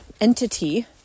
entity